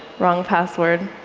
wrong password,